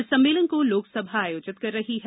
इस सम्मेलन को लोकसभा आयोजित कर रही है